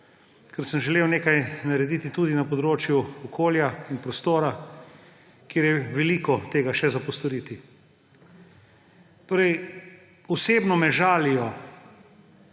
ker sem želel nekaj narediti tudi na področju okolja in prostora, kjer je veliko tega še za postoriti. Osebno me žalijo